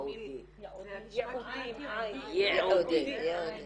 מבינים- -- לא בכדי רשמנו את הנוהל הזה